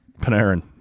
Panarin